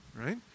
right